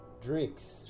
Drinks